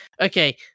okay